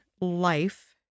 life